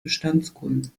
bestandskunden